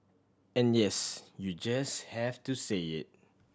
and yes you just have to say it